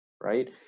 right